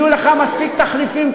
יהיו לך מספיק תחליפים,